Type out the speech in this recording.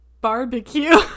Barbecue